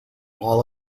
all